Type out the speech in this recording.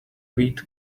wheat